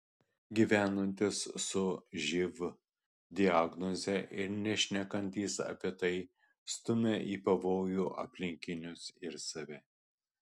gyvenantys su živ diagnoze ir nešnekantys apie tai stumia į pavojų aplinkinius ir save